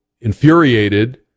infuriated